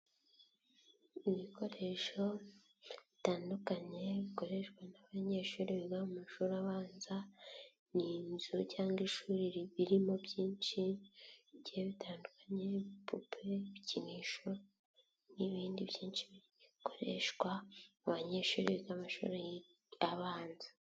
Ibikoresho bitandukanye bikoreshwa n'abanyeshuri biga mu mashuri abanza, ni inzu cyangwa ishuri biririmo byinshi bigiye bitandukanye, ni ibipupe, ibikinisho n'ibindi byinshi bikoreshwa mu banyeshuri biga mu mashuri abanza.